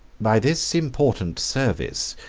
by this important service,